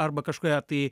arba kažkurią tai